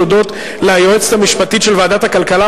הודות ליועצת המשפטית של ועדת הכלכלה,